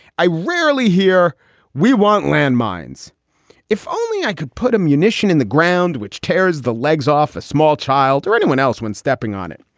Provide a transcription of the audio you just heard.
i rarely hear we want land mines if only i could put a munition in the ground which tares the legs off a small child or anyone else when stepping on it.